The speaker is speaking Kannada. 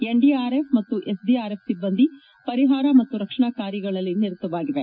ಎನ್ಡಿಆರ್ಎಫ್ ಮತ್ತು ಎಸ್ಡಿಆರ್ಎಫ್ ಸಿಬ್ಲಂದಿ ಪರಿಹಾರ ಮತ್ತು ರಕ್ಷಣಾ ಕಾರ್ಯಗಳಲ್ಲಿ ನಿರತವಾಗಿದ್ದಾರೆ